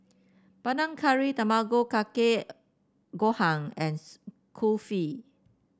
Panang Curry Tamago Kake Gohan and Kulfi